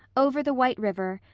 over the white river,